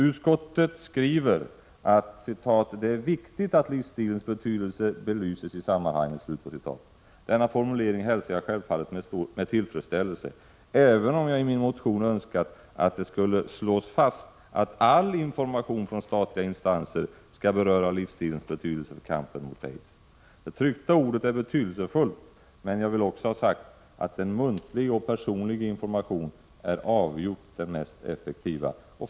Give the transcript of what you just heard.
Utskottet skriver: ”Det är viktigt att livsstilens betydelse belyses i sammanhanget.” Denna formulering hälsar jag med tillfredsställelse, även om jag i min motion önskat att det skulle slås fast att all information från statliga instanser skall beröra livsstilens betydelse för kampen mot aids. Det tryckta ordet är betydelsefullt, men muntlig personlig information är avgjort det mest effektiva.